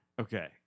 Okay